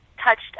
touched